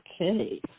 Okay